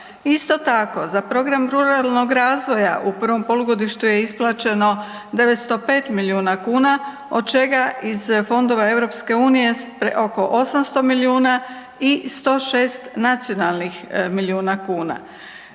Isto tako za program ruralnog razvoja u prvom polugodištu je isplaćeno 905 milijuna kuna, od čega iz fondova Europske unije oko 800 milijuna i 106 nacionalnih milijuna kuna.